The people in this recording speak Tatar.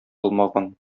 алмаган